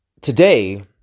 today